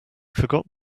forgot